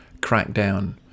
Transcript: crackdown